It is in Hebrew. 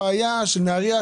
של נהריה,